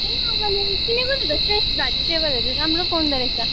किनेको छु त फ्रेस भेजिटेबलहरू राम्रो पाउँदो रहेछ